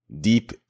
deep